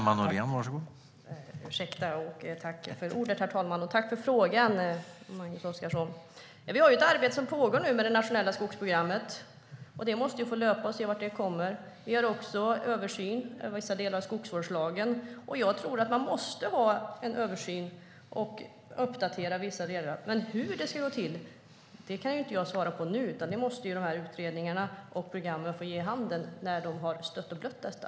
Herr talman! Jag tackar Magnus Oscarsson för frågan. Arbetet med det nationella skogsprogrammet pågår, och vi får se vad det landar i. Vi gör också en översyn av vissa delar av skogsvårdslagen. Jag tror att vi måste göra en översyn och uppdatera vissa delar, men hur det ska gå till kan jag inte svara på nu. Det får utredningarna och programmen ge vid handen när de har stött och blött detta.